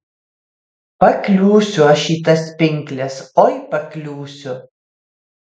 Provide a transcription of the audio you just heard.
pakliūsiu aš į tas pinkles oi pakliūsiu